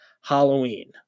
Halloween